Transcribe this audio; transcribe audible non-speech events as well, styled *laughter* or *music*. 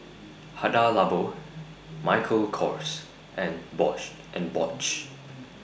Hada Labo Michael Kors and *unintelligible* and Bosch